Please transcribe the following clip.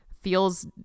feels